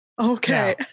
Okay